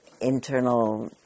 internal